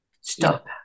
stop